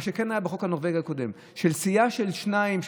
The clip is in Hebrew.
מה שכן היה בחוק הנורבגי הקודם הוא שסיעה של שניים,